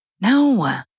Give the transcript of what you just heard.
No